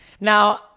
now